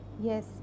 yes